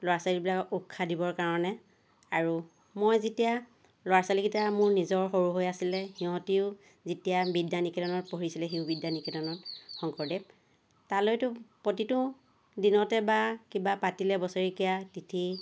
ল'ৰা ছোৱালীবিলাকক উৎসাহ দিবৰ কাৰণে আৰু মই যেতিয়া ল'ৰা ছোৱালীকেইটা মোৰ নিজৰ সৰু হৈ আছিলে সিহঁতেও যেতিয়া বিদ্যা নিকেতনত পঢ়িছিলে শিশু বিদ্যা নিকেতনত শংকৰদেৱ তালৈতো প্ৰতিটো দিনতে বা কিবা পাতিলে বছৰেকীয়া তিথি